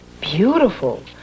Beautiful